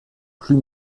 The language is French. plus